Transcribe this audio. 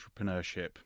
entrepreneurship